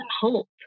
hope